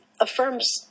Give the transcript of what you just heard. affirms